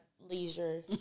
Leisure